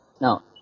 Now